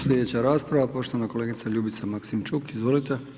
Slijedeća rasprava poštovana kolegica Ljubica Maksimčuk, izvolite.